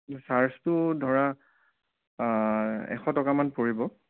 চাৰ্জটো ধৰা এশ টকামান পৰিব